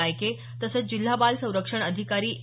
गायके तसंच जिल्हा बाल संरक्षण अधिकारी ए